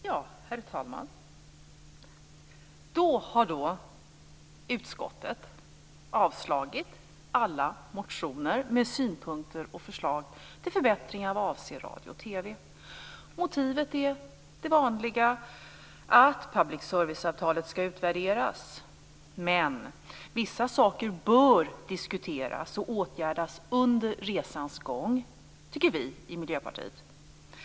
Herr talman! Ja, så har nu utskottet avstyrkt alla motioner med synpunkter och förslag om förbättringar vad avser radio och TV. Motivet är det vanliga: att public service-avtalet ska utvärderas. Men vissa saker bör diskuteras och åtgärdas under resans gång, tycker vi i Miljöpartiet.